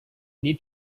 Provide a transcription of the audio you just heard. need